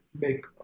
make